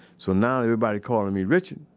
so now everybody calling me richard.